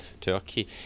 Turkey